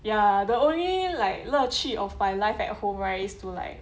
ya the only like 乐趣 of my life at home right is to like